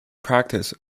practice